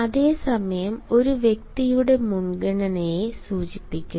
അതേ സമയം ഒരു വ്യക്തിയുടെ മുൻഗണനയെ സൂചിപ്പിക്കുന്നു